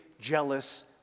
jealous